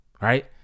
Right